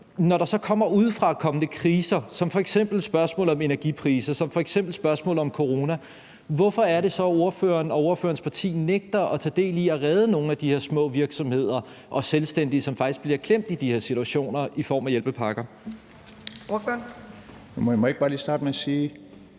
og der så kommer udefrakommende kriser, som f.eks. spørgsmålet om energipriser, som f.eks. spørgsmålet om corona, så nægter at tage del i at redde nogle af de her små virksomheder og selvstændige, som faktisk bliver klemt i de her situationer, i form af hjælpepakker. Kl. 18:08 Fjerde næstformand (Mai